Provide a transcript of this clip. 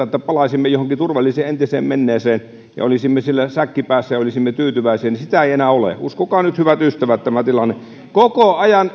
että palaisimme johonkin turvalliseen entiseen menneeseen ja olisimme siellä säkki päässä ja olisimme tyytyväisiä niin sitä ei enää ole uskokaa nyt hyvät ystävät tämä tilanne koko ajan